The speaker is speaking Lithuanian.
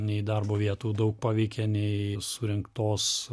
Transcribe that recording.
nei darbo vietų daug paveikė nei surinktos